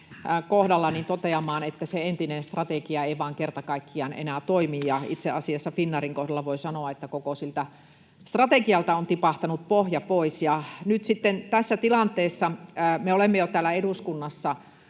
kohdalla toteamaan, että se entinen strategia ei vain kerta kaikkiaan enää toimi, ja itse asiassa Finnairin kohdalla voi sanoa, että koko siltä strategialta on tipahtanut pohja pois. Nyt sitten tässä tilanteessa me olemme jo täällä eduskunnassa